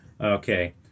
Okay